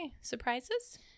Surprises